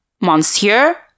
Monsieur